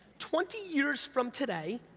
twenty years from today,